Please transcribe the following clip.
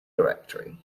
directory